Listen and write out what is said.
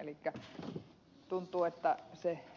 elikkä tuntuu että